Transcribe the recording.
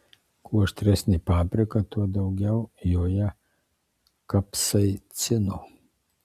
kuo aštresnė paprika tuo daugiau joje kapsaicino